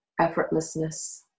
effortlessness